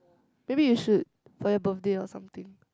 maybe you should for your birthday or something